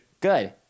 Good